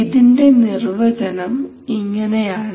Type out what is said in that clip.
ഇതിന്റെ നിർവചനം ഇങ്ങനെയാണ്